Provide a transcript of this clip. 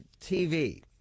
TV